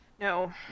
No